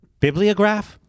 Bibliograph